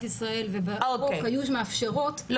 ישראל ובחוק היו מאפשרות במקרה מהסוג הזה להוציא עובד.